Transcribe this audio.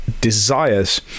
desires